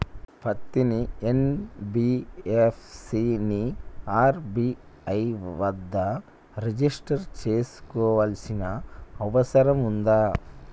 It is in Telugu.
పత్తి ఎన్.బి.ఎఫ్.సి ని ఆర్.బి.ఐ వద్ద రిజిష్టర్ చేసుకోవాల్సిన అవసరం ఉందా?